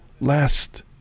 last